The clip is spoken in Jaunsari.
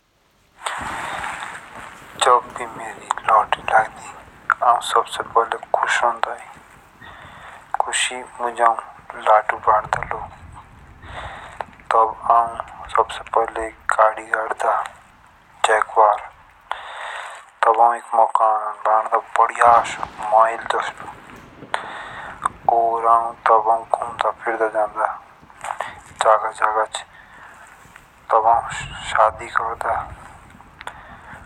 जब भी मेरे लॉटरी लगदी आऊ सबसे पहले कुश रोडा होए खुशी मुझ लाडू बंदा लोग तब आऊ सबसे पहले गाड़ी गाड़ा जगुआर तब आऊ एक मकान बंदा बढ़िया सा माहील। और आऊ गुमदा फिरदा जांदा जगा जगा। तब आऊ शादी करदा।